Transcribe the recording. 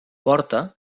porta